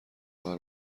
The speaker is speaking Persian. آور